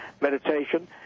meditation